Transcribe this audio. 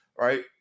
right